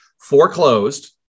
foreclosed